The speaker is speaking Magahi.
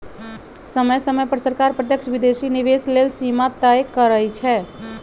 समय समय पर सरकार प्रत्यक्ष विदेशी निवेश लेल सीमा तय करइ छै